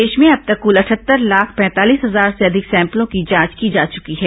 प्रदेश में अब तक कूल अठहत्तर लाख पैंतालीस हजार से अधिक सैम्पलों की जांच की जा चुकी है